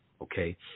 okay